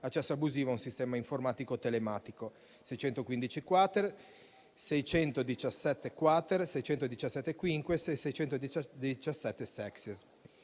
(accesso abusivo a un sistema informatico telematico), 615-*quater*, 617-*quater*, 617-*quinquies* e 617-*sexies*.